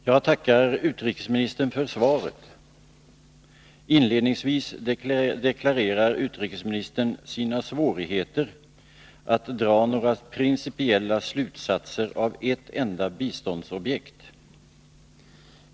Herr talman! Jag tackar utrikesministern för svaret. Inledningsvis deklarerar utrikesministern sina svårigheter att dra några principiella slutsatser av ett enda biståndsobjekt.